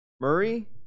Murray